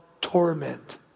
torment